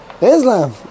Islam